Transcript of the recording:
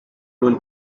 rural